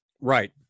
Right